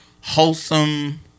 wholesome